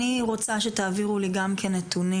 אני רוצה שתעבירו לי גם כן נתונים,